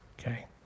Okay